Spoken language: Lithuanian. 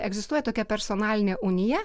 egzistuoja tokia personaline unija